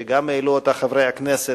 שגם העלו אותה חברי הכנסת.